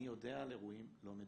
אני יודע על אירועים לא מדווחים.